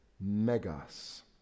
megas